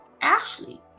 Ashley